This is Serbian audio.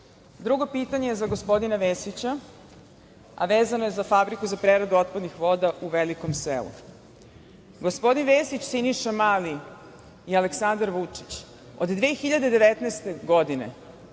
pitanje je za gospodina Vesića, a vezano je za Fabriku za preradu otpadnih voda u Velikom Selu. Gospodin Vesić, Siniša Mali i Aleksandar Vučić od 2019. godine